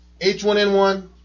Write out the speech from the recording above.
H1N1